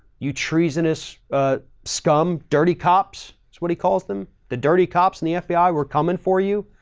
you treasonous scum dirty cops. it's what he calls them. the dirty cops and the fbi were coming for you.